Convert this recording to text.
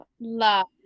love